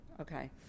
okay